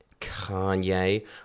kanye